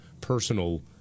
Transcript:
personal